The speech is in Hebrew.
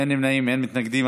אין נמנעים, אין מתנגדים.